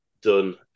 done